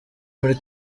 muri